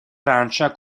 francia